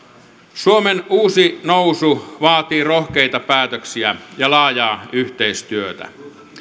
suomen uusi nousu vaatii rohkeita päätöksiä ja laajaa yhteistyötä